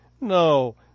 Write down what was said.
No